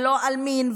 ולא על מין,